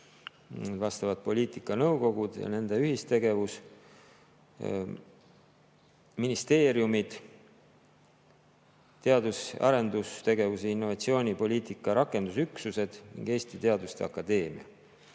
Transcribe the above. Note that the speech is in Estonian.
vastavad poliitika[komisjonid] ja nende ühistegevus, ministeeriumid, teadus- ja arendustegevuse ning innovatsiooni poliitika rakendusüksused ning Eesti Teaduste Akadeemia.